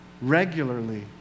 regularly